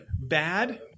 bad